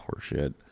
horseshit